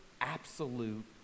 absolute